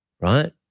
right